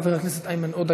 חבר הכנסת איימן עודה,